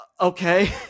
Okay